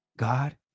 God